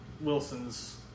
Wilson's